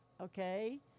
okay